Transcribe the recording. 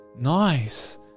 nice